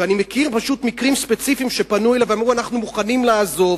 ואני מכיר פשוט מקרים ספציפיים שפנו אלי ואמרו: אנחנו מוכנים לעזוב.